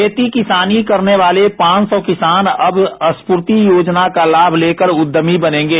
खेती किसानी करने वाले पांच सौ किसान अब स्फूर्ति योजना का लाभ लेकर उद्यमी बनेंगे